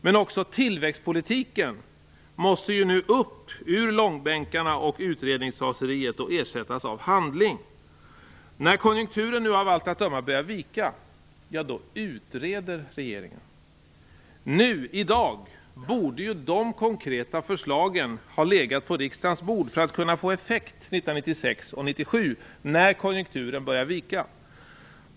Men också tillväxtpolitiken måste ju upp ur långbänkarna och utredningsraseriet och ersättas av handling. När konjunkturen nu av allt att döma börjar vika, då utreder regeringen. Nu, i dag, borde de konkreta förslagen ha legat på riksdagens bord för att kunna få effekt 1996 och 1997, när konjunkturen börjar vika.